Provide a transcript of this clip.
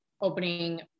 opening